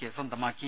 K സ്വന്തമാക്കി